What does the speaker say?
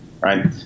Right